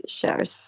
shares